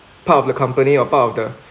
part of the company or part of the